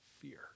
fear